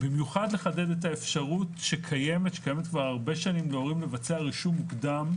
במיוחד לחדד את האפשרות שקיימת כבר הרבה שנים להורים לבצע רישום מוקדם.